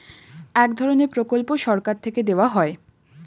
এক ধরনের প্রকল্প সরকার থেকে দেওয়া হয়